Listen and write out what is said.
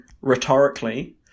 rhetorically